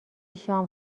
شام